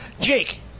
Jake